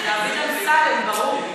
דוד אמסלם, ברור.